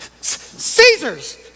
Caesars